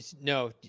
No